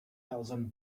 thousand